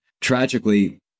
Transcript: Tragically